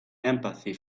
empathy